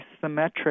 symmetric